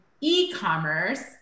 e-commerce